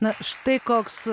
na štai koks